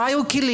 מה היו הכלים,?